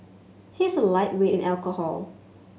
he is a lightweight in alcohol